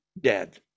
dead